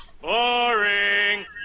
Boring